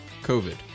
COVID